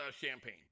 champagne